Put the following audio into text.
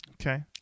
Okay